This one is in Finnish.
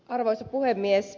arvoisa puhemies